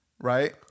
right